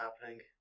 happening